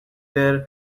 their